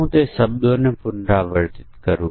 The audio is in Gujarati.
ચાલો સમસ્યા જોઈએ